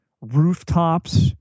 rooftops